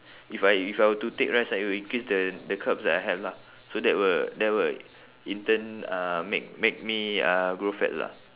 if I if I were to take rice right it will increase the the carbs that I have lah so that will that will in turn uh make make me uh grow fat lah